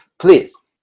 please